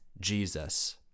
Jesus